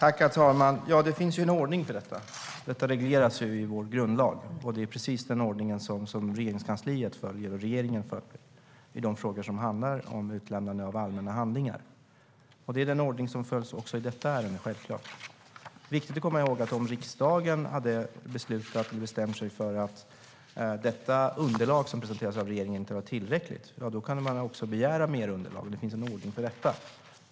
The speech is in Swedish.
Herr talman! Det finns en ordning för detta. Detta regleras ju i vår grundlag, och det är precis den ordning som Regeringskansliet och regeringen följer i de frågor som handlar om utlämnande av allmänna handlingar. Det är självklart den ordning som följs också i detta ärende. Det är viktigt att komma ihåg att om riksdagen hade bestämt sig för att detta underlag som presenteras av regeringen inte var tillräckligt hade man kunnat begära mer underlag. Det finns en ordning för detta.